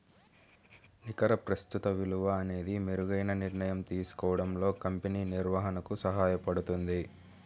నికర ప్రస్తుత విలువ అనేది మెరుగైన నిర్ణయం తీసుకోవడంలో కంపెనీ నిర్వహణకు సహాయపడుతుంది